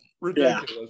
Ridiculous